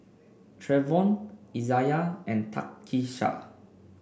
Treyvon Izayah and Takisha